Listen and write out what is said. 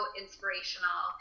inspirational